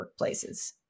workplaces